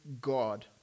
God